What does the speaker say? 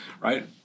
right